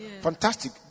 Fantastic